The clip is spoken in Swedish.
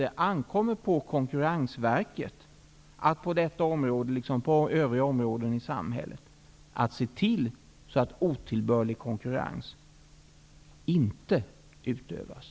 Här ankommer på Konkurrensverket att på detta område, liksom på övriga områden i samhället, se till så att otillbörlig konkurrens inte utövas.